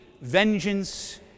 vengeance